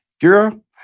girl